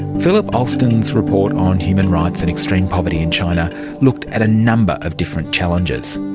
philip alston's report on human rights and extreme poverty in china looked at a number of different challenges.